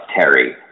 Terry